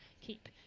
keep